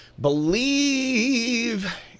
believe